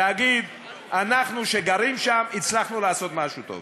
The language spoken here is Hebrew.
להגיד: אנחנו, שגרים שם, הצלחנו לעשות משהו טוב.